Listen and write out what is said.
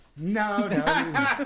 No